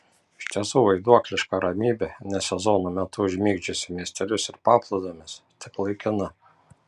iš tiesų vaiduokliška ramybė ne sezono metu užmigdžiusi miestelius ir paplūdimius tik laikina